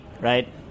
right